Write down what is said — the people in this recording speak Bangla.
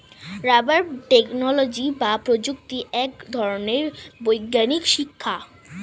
রাবার টেকনোলজি বা প্রযুক্তি এক ধরনের বৈজ্ঞানিক শিক্ষা